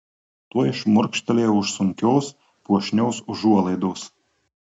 tuoj šmurkštelėjau už sunkios puošnios užuolaidos